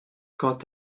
quant